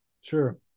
Sure